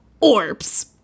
Orbs